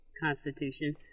constitution